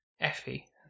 Effie